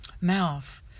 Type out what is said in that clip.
mouth